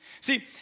See